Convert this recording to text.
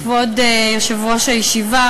כבוד יושב-ראש הישיבה,